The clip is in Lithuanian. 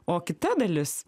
o kita dalis